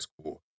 school